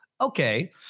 okay